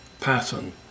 pattern